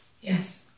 Yes